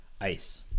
ice